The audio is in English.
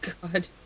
God